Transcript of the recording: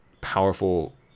powerful